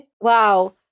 wow